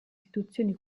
istituzioni